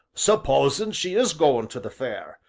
supposin' she is goin' to the fair,